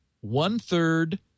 one-third